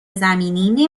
زمینی